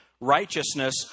righteousness